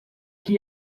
que